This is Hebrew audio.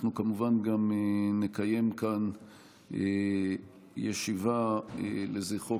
אנחנו כמובן גם נקיים כאן ישיבה לזכרו,